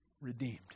Redeemed